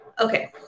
Okay